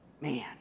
man